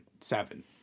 seven